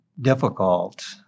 difficult